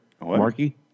Marky